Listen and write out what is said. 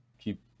keep